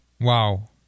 Wow